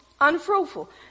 unfruitful